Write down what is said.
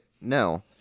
no